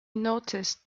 noticed